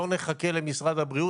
לא נחכה למשרד הבריאות,